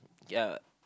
ya